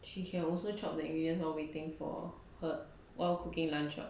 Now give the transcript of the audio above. she can also chop the ingredients while waiting for her while cooking lunch [what]